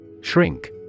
Shrink